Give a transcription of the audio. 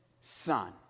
son